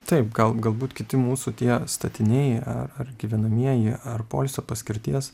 taip gal galbūt kiti mūsų tie statiniai a ar gyvenamieji ar poilsio paskirties